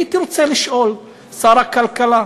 הייתי רוצה לשאול את שר הכלכלה: